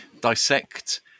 dissect